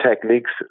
techniques